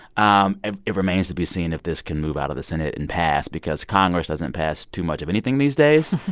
um it remains to be seen if this can move out of the senate and pass because congress hasn't passed too much of anything these days.